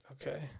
Okay